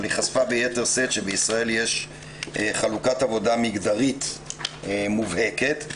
ביתר שאת שבישראל יש חלוקת עבודה מגדרית מובהקת.